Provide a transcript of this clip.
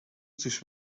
توش